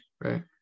right